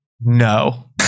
no